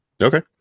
okay